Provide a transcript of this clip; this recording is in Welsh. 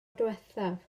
diwethaf